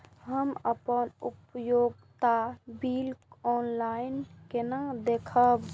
हम अपन उपयोगिता बिल ऑनलाइन केना देखब?